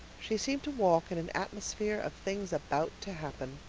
she seemed to walk in an atmosphere of things about to happen.